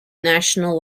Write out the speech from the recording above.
national